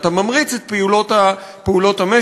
אתה ממריץ את פעולות המשק.